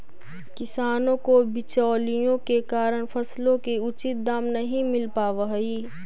किसानों को बिचौलियों के कारण फसलों के उचित दाम नहीं मिल पावअ हई